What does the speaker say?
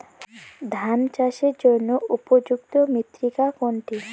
ধান চাষের জন্য উপযুক্ত মৃত্তিকা কোনটি?